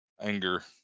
anger